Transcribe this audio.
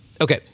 Okay